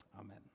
amen